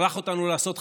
שלח אותנו לעשות חיים,